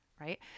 right